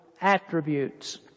attributes